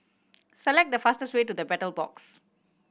select the fastest way to The Battle Box